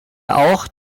auch